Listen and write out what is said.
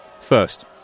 First